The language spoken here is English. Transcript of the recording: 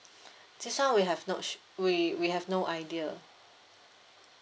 this one we have not we we have no idea